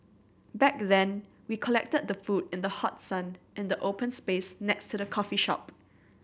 back then we collected the food in the hot sun in the open space next to the coffee shop